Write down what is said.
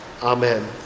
Amen